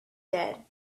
dead